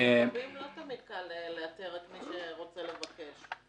כי ל -- -לא תמיד קל לאתר את מי שרוצה לבקש.